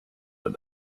hat